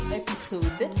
episode